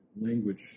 Language